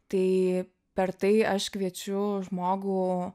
tai per tai aš kviečiu žmogų